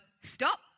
stop